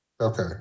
okay